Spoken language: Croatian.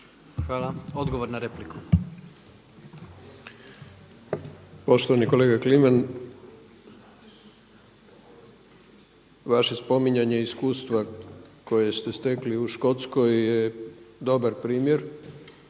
Milorad (SDSS)** Poštovani kolega Kliman, vaše spominjanje iskustva kojeg ste stekli u Škotskoj je dobar primjer